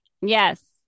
Yes